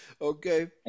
Okay